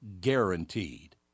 guaranteed